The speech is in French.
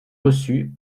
reçus